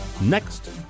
Next